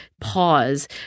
pause